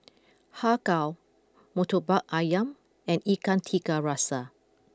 Har Kow Murtabak Ayam and Ikan Tiga Rasa